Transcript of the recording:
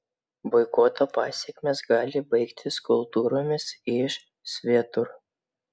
boikoto pasekmės gali baigtis skulptūromis iš svetur